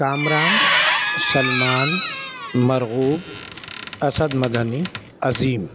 Kamran Salman Marghoob Asad Madani Azeem